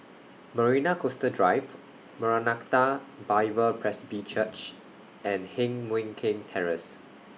Marina Coastal Drive Maranatha Bible Presby Church and Heng Mui Keng Terrace